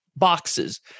boxes